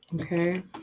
Okay